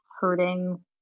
hurting